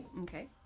Okay